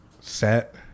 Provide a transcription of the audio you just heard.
set